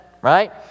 Right